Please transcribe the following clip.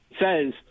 says